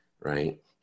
Right